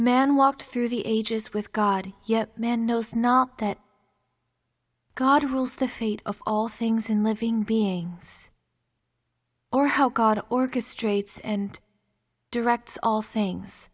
man walked through the ages with god yet man knows not that god rules the fate of all things in living beings or how god orchestrates and directs all things